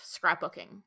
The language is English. scrapbooking